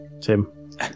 tim